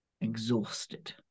exhausted